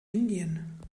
indien